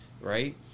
right